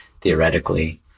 theoretically